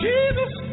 Jesus